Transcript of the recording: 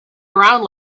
around